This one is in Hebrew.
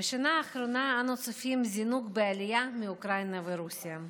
בשנה האחרונה אנו צופים בזינוק בעלייה מאוקראינה ומרוסיה.